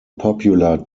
popular